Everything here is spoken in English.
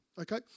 okay